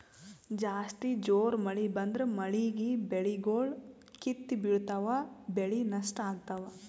ಜಾಸ್ತಿ ಜೋರ್ ಮಳಿ ಬಂದ್ರ ಮಳೀಗಿ ಬೆಳಿಗೊಳ್ ಕಿತ್ತಿ ಬಿಳ್ತಾವ್ ಬೆಳಿ ನಷ್ಟ್ ಆಗ್ತಾವ್